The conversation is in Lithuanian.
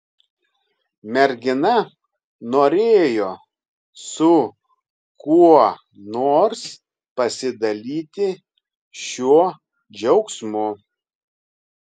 mergina norėjo su kuo nors pasidalyti šiuo džiaugsmu